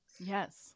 yes